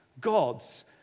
God's